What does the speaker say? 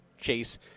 chase